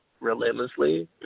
relentlessly